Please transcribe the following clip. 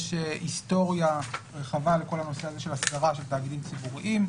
יש היסטוריה רחבה לכל הנושא הזה של הסדרה של תאגידים ציבוריים,